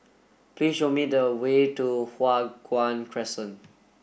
please show me the way to Hua Guan Crescent